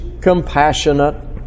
compassionate